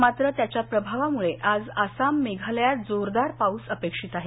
मात्र त्याच्या प्रभावामुळे आज आसाम मेघालयात जोरदार पाऊस अपेक्षित आहे